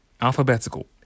alphabetical